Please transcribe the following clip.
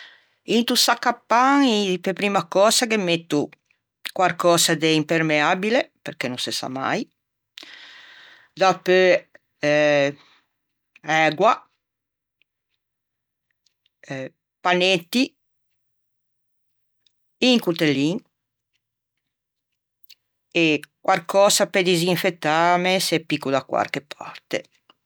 into sacco à pan pe primma cösa ghe metto quarcösa de impermeabile perché no se sa mai, dapeu ægua, panetti, un cotellin e quarcösa pe disinfettâme se picco da quarche parte.